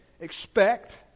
expect